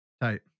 tight